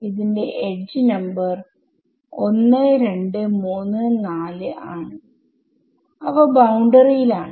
ഇതിന്റെ edge number 1234 ആണ് അവ ബൌണ്ടറി യിൽ ആണ്